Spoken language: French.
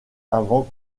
avant